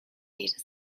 later